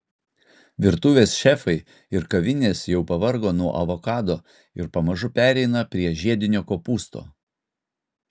virtuvės šefai ir kavinės jau pavargo nuo avokado ir pamažu pereina prie žiedinio kopūsto